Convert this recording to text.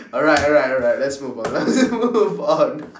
alright alright alright let's move on let's move on